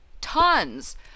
tons